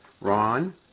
Ron